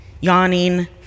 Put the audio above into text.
yawning